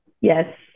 yes